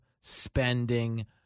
spending